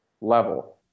level